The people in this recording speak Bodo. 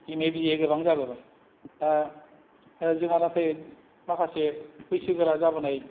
एम ए बि ए गोबां जाबोबाय दा जोंहा नाथाय माखासे बैसो गोरा जाबोनाय